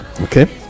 Okay